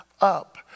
up